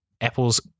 Apple's